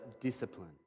discipline